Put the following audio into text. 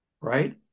Right